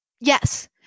Yes